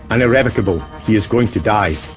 and irrevocable. he is going to die.